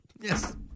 yes